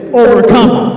overcome